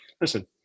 listen